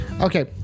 Okay